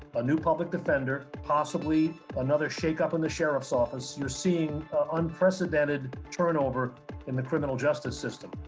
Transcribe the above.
but new public defender, possibly another shakeup in the sheriff's office, you're seeing unprecedented turnover in the criminal justice system.